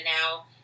now